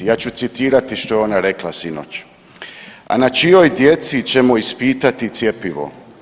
Ja ću citirati što je ona rekla sinoć, a na čijoj djeci ćemo ispitati cjepivo.